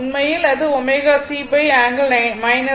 உண்மையில் அது ω C ∠ 90o